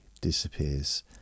disappears